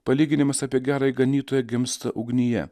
palyginimas apie gerąjį ganytoją gimsta ugnyje